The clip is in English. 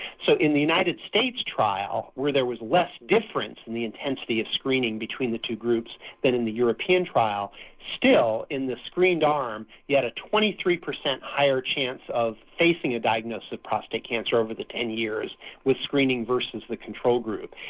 so in the united states trial where there was less difference in the intensity of screening between the two groups than in the european trial still in the screened arm you had a twenty three percent higher chance of facing a diagnosis of prostate cancer over the ten years with screening versus the control group.